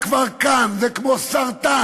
איראן כבר כאן, זה כמו סרטן,